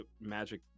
Magic